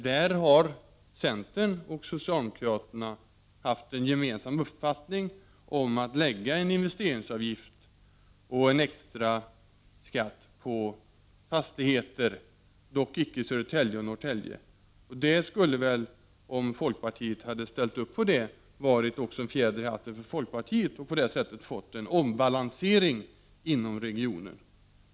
Där har centern och socialdemokraterna haft en gemensam uppfattning om att lägga en investeringsavgift och en extra skatt på fastigheter, dock icke i Södertälje och Norrtälje. Det skulle väl, om folkpartiet hade ställt upp på det, ha varit en fjäder i hatten också för folkpartiet för att på det sättet få till stånd en ombalansering inom regionen.